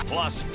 Plus